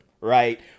right